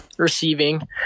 Receiving